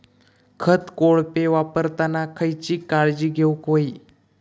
खत कोळपे वापरताना खयची काळजी घेऊक व्हयी?